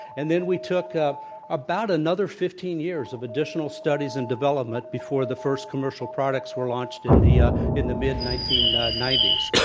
and then we took about another fifteen years of additional studies and development before the first commercial products were launched in the ah in the mid nineteen ninety s.